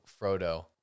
Frodo